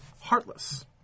heartless